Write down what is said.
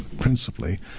principally